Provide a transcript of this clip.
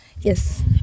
Yes